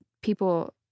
people